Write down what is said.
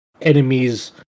enemies